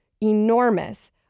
enormous